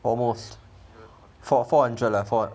almost four four hundred ah four